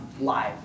live